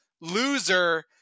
loser